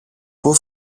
πού